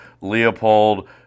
Leopold